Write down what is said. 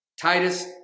Titus